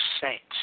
saints